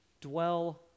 dwell